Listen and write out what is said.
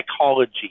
psychology